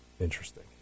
Interesting